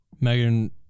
Megan